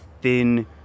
thin